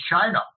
China